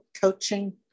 coaching